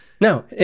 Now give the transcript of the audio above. No